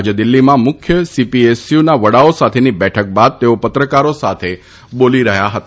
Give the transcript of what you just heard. આજે દિલ્હીમાં મુખ્ય સીપીએસયુ ના વડાઓ સાથેની બેઠક બાદ તેઓ પત્રકારો સાથે બોલી રહ્યા હતા